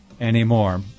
anymore